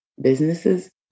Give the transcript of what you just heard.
businesses